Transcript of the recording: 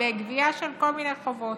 בגבייה של כל מיני חובות,